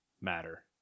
matter